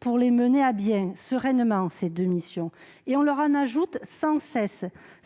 pour les mener à bien sereinement et on leur en ajoute sans cesse,